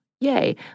Yay